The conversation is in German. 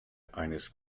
eines